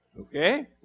Okay